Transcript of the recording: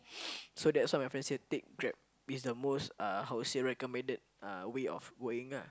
so that's why my friend say take grab it's the most uh how to say the most recommended way of going lah